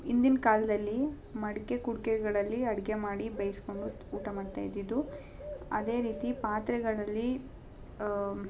ಹಿಂದಿನ ಕಾಲದಲ್ಲಿ ಮಡಿಕೆ ಕುಡಿಕೆಗಳಲ್ಲಿ ಅಡಿಗೆ ಮಾಡಿ ಬೇಯಿಸಿಕೊಂಡು ಊಟ ಮಾಡ್ತಾ ಇದ್ದಿದ್ದು ಅದೇ ರೀತಿ ಪಾತ್ರೆಗಳಲ್ಲಿ